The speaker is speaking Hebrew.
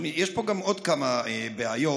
יש פה עוד כמה בעיות,